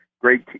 great